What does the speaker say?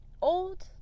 old